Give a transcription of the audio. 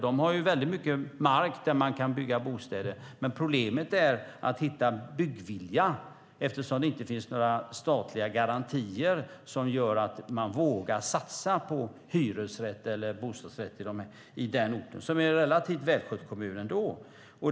De har väldigt mycket mark där man kan bygga bostäder, men problemet är att hitta byggvilja eftersom det inte finns några statliga garantier som gör att man vågar satsa på hyresrätter eller bostadsrätter på den orten, och det är ändå en relativt välskött kommun.